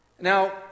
Now